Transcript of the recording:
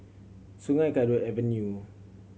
Sungei Kadut Avenue